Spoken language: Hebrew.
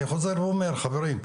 אני חוזר ואומר, חברים,